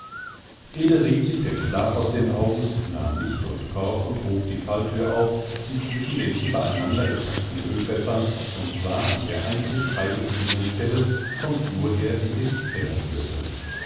rieb sich den schlaf aus den augen nahm licht und korb und hob die fallthür auf die zwischen den übereinander gepackten ölfässern und zwar an der einzig frei gebliebenen stelle vom flur her in den keller führte